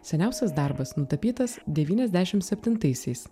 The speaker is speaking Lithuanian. seniausias darbas nutapytas devyniasdešimt septintaisiais